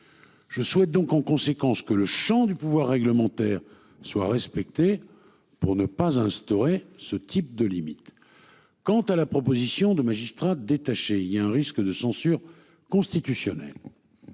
Je souhaite donc en conséquence que le Champ du pouvoir réglementaire soit respectée. Pour ne pas instaurer ce type de limite. Quant à la proposition de magistrat détaché, il y a un risque de censure constitutionnelle.